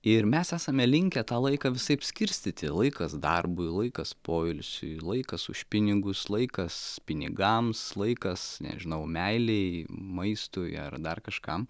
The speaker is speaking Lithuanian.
ir mes esame linkę tą laiką visaip skirstyti laikas darbui laikas poilsiui laikas už pinigus laikas pinigams laikas nežinau meilei maistui ar dar kažkam